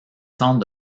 centres